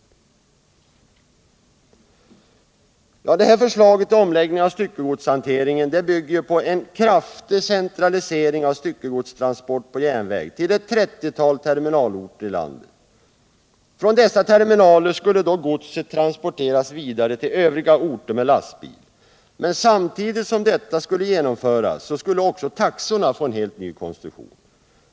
SJ:s förslag till omläggning av styckegodshanteringen bygger på en kraftig centralisering av styckegodstransporterna på järnväg till ett 30-tal terminalorterilandet. Från dessa terminaler skulle godset transporteras vidare till övriga orter med lastbil. Men samtidigt som detta skulle genomföras, skulle också taxorna få eu helt ny konstruktion.